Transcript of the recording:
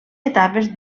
etapes